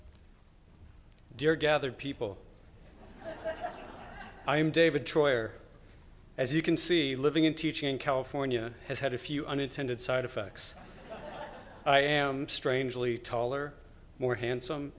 thanks dear gather people i am david troy or as you can see living in teaching california has had a few unintended side effects i am strangely taller more handsome